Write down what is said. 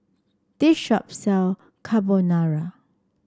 this shop sell Carbonara